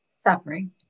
Suffering